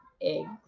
eggs